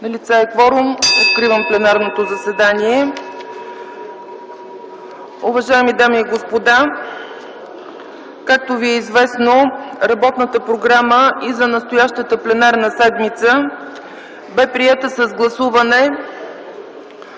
Налице е кворум, откривам пленарното заседание. (Звъни.) Уважаеми дами и господа, както ви е известно, работната програма и за настоящата пленарна седмица бе приета с гласуване